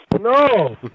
No